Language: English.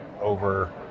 over